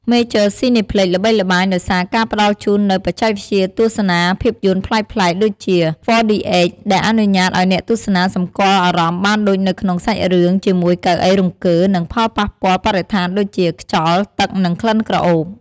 មេចឺ ស៊ីណេផ្លិច (Major Cineplex) ល្បីល្បាញដោយសារការផ្តល់ជូននូវបច្ចេកវិទ្យាទស្សនាភាពយន្តប្លែកៗ ដូចជា ហ្វ័រឌីអិច ដែលអនុញ្ញាតឱ្យអ្នកទស្សនាសម្គាល់អារម្មណ៍បានដូចនៅក្នុងសាច់រឿងជាមួយកៅអីរង្គើ និងផលប៉ះពាល់បរិស្ថានដូចជា ខ្យល់ ទឹក និងក្លិនក្រអូប។